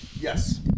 Yes